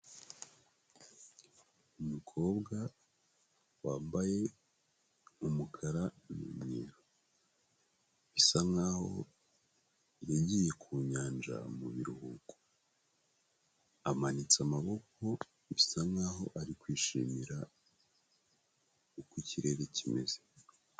Umukobwa wambaye umukara n'umweru bisa nkaho yagiye ku nyanja mu biruhuko, amanitse amaboko bisa nkaho ari kwishimira uko ikirere kimeze.